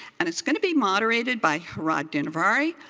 and it's going to be moderated by hirad dinavari,